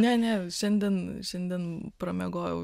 ne ne šiandien šiandien pramiegojau